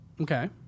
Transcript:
Okay